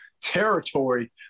territory